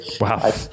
Wow